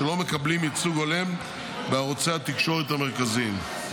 שלא מקבלים ייצוג הולם בערוצי התקשורת המרכזיים.